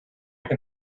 can